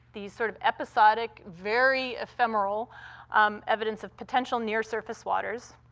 these sort of episodic, very ephemeral um evidence of potential near-surface waters.